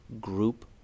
group